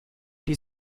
die